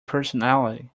personality